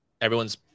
everyone's